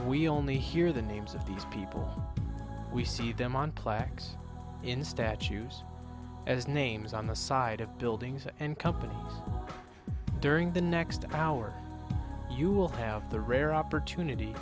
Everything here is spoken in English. we only hear the names of these people we see them on plaques in statues as names on the side of buildings and company during the next hour you will have the rare opportunity